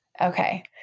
okay